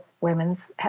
women's